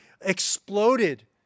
exploded